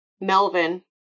Melvin